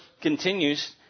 continues